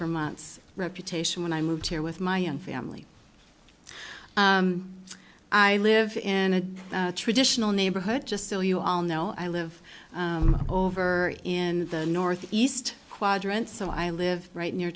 vermont's reputation when i moved here with my own family i live in a traditional neighborhood just so you all know i live over in the northeast quadrant so i live right near